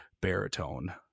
baritone